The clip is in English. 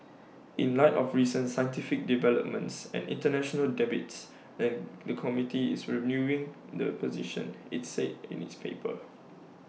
in light of recent scientific developments and International debates the new committee is reviewing the position its said in its paper